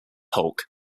hulk